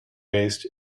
based